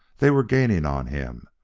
they were gaining on him,